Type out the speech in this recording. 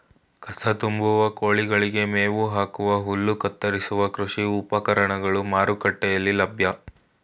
ಕಸ ತುಂಬುವ, ಕೋಳಿಗಳಿಗೆ ಮೇವು ಹಾಕುವ, ಹುಲ್ಲು ಕತ್ತರಿಸುವ ಕೃಷಿ ಉಪಕರಣಗಳು ಮಾರುಕಟ್ಟೆಯಲ್ಲಿ ಲಭ್ಯ